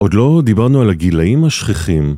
עוד לא דיברנו על הגילאים השכיחים